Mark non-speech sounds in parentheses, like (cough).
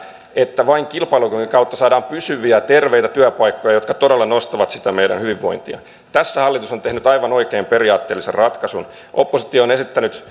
että vain kilpailukyvyn kautta saadaan pysyviä terveitä työpaikkoja jotka todella nostavat meidän hyvinvointiamme tässä hallitus on tehnyt aivan oikean periaatteellisen ratkaisun oppositio on esittänyt (unintelligible)